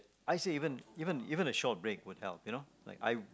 I say even even even a short break would help you know I